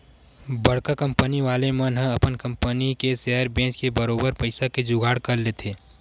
बड़का कंपनी वाले मन ह अपन कंपनी के सेयर बेंच के बरोबर पइसा के जुगाड़ कर लेथे